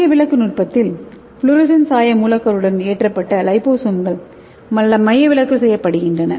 மையவிலக்கு நுட்பத்தில் ஃப்ளோரசன் சாய மூலக்கூறுகளுடன் ஏற்றப்பட்ட லிபோசோம்கள் மையவிலக்கு செய்யப்படுகின்றன